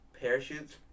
Parachutes